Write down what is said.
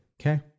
okay